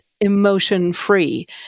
emotion-free